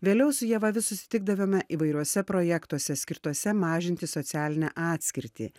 vėliau su ieva vis susitikdavome įvairiuose projektuose skirtuose mažinti socialinę atskirtį